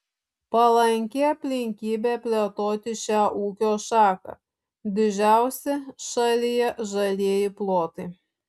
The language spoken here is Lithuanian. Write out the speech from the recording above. palanki aplinkybė plėtoti šią ūkio šaką didžiausi šalyje žalieji plotai